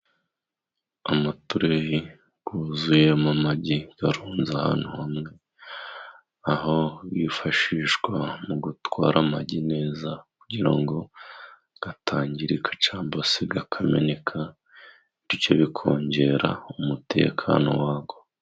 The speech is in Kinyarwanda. Umutureyi wuzuyemo amagi arunze ahantu hamwe, aho wifashishwa mu gutwara amagi neza kugira ngo atangirika, cyangwa se akameneka bityo bikongera umutekano wayo.